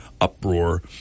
uproar